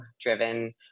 driven